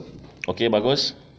okay bagus